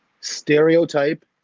stereotype